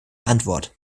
antwort